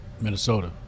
Minnesota